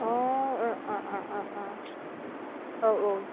अ अ अ अ औ औ